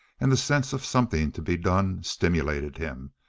and the sense of something to be done stimulated him,